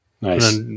nice